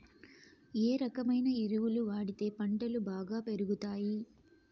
ఏ రకమైన ఎరువులు వాడితే పంటలు బాగా పెరుగుతాయి?